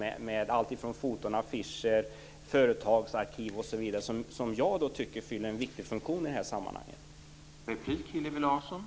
Det gäller alltifrån foton till affischer, företagsarkiv, osv., som jag tycker fyller en viktig funktion i detta sammanhang.